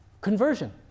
Conversion